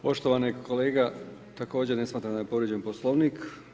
Poštovani kolega također ne smatram da je povrijeđen Poslovnik.